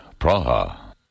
Praha